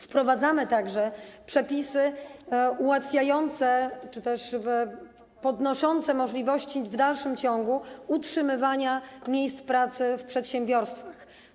Wprowadzamy także przepisy ułatwiające czy też zwiększające możliwości w dalszym ciągu utrzymywania miejsc pracy w przedsiębiorstwach.